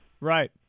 Right